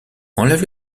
enlève